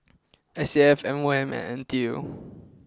S A F M O M and N T U